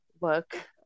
work